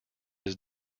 his